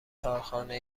کارخانه